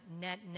net